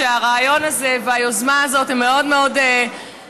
שהרעיון הזה והיוזמה הזאת הם מאוד מאוד חשובים,